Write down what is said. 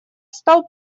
стал